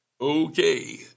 okay